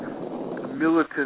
militant